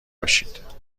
باشید